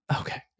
Okay